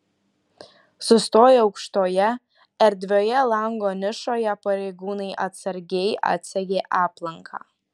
sustoję aukštoje erdvioje lango nišoje pareigūnai atsargiai atsegė aplanką